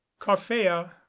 coffea